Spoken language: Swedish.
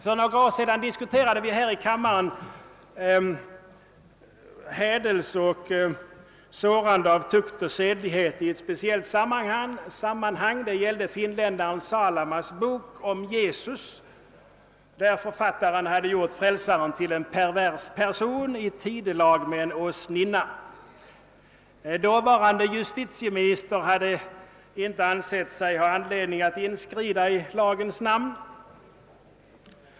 För några år sedan diskuterade vi här i kammaren i ett speciellt sammanhang hädelse och sårande av tukt och sedlighet — det gällde finländaren Salamas bok om Jesus, där författaren hade gjort Frälsaren till en pervers person i tidelag med en åsninna. Dåvarande justitieministern ansåg sig inte ha anledning att inskrida i lagens namn.